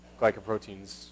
glycoproteins